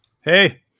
Hey